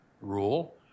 rule